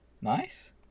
Nice